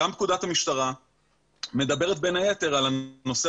גם פקודת המשטרה מדברת בין היתר על הנושא